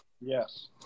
Yes